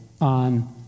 on